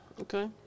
Okay